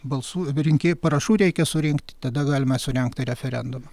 balsų rinkėjų parašų reikia surinkti tada galima surengti referendumą